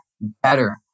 better